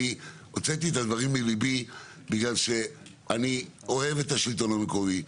אני הוצאתי את הדברים מליבי בגלל שאני אוהב את השלטון המקומי,